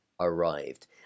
arrived